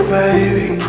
baby